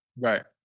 Right